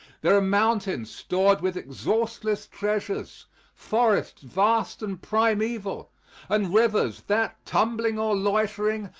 there are mountains stored with exhaustless treasures forests vast and primeval and rivers that, tumbling or loitering,